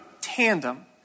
tandem